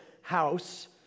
house